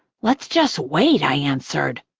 let's just wait, i answered.